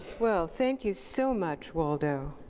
well, thank you so much, waldo.